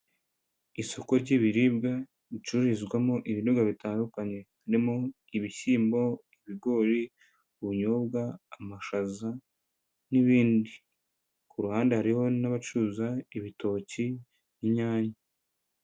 Isoko ry'ibiribwa ricururizwamo ibiribwa bitandukanye, harimo ibishyimbo, ibigori, ubunyobwa, amashaza n'ibindi, ku ruhande hari n'abacuruza ibitoki, inyanya.